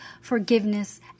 forgiveness